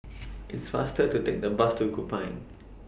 It's faster to Take The Bus to Kupang